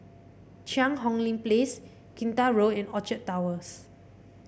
Cheang Hong Lim Place Kinta Road and Orchard Towers